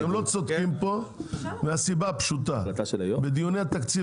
אתם לא צודקים פה מסיבה פשוטה: בדיוני התקציב